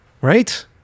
Right